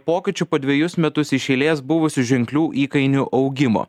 pokyčių po dvejus metus iš eilės buvusių ženklių įkainių augimo